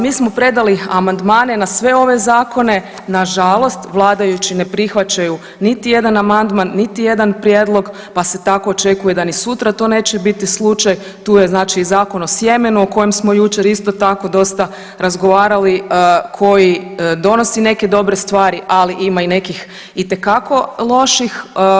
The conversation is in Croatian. Mi smo predali amandmane na sve ove zakone, nažalost vladajući ne prihvaćaju niti jedan amandman, niti jedan prijedlog, pa se tako očekuje da ni sutra to neće biti slučaj, to je znači, i Zakon o sjemenu o kojem smo jučer isto tako dosta razgovarali, koji donosi neke dobre stvari, ali ima i nekih itekako loših.